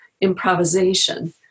improvisation